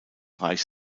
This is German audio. reich